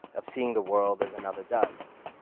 of seeing the world as another does.